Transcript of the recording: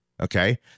okay